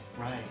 Right